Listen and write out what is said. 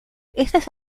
estas